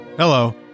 Hello